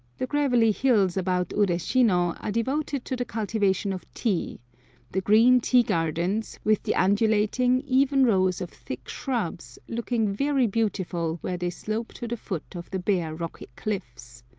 the gravelly hills about ureshino are devoted to the cultivation of tea the green tea-gardens, with the undulating, even rows of thick shrubs, looking very beautiful where they slope to the foot of the bare rocky cliffs.